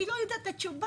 ואני לא ידעתי את התשובה.